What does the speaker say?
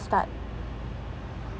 start